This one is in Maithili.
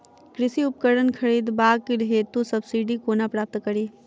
कृषि उपकरण खरीदबाक हेतु सब्सिडी कोना प्राप्त कड़ी?